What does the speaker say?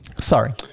Sorry